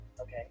okay